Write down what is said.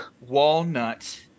walnut